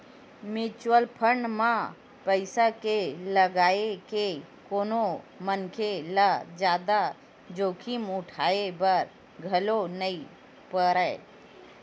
mutual fund म पइसा के लगाए ले कोनो मनखे ल जादा जोखिम उठाय बर घलो नइ परय